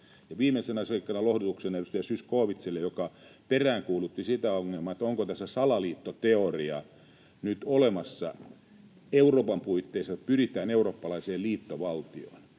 viimeisenä seikkana lohdutuksena edustaja Zyskowiczille, joka peräänkuulutti sitä ongelmaa, onko tässä salaliittoteoria nyt olemassa Euroopan puitteissa, että pyritään eurooppalaiseen liittovaltioon: